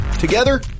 Together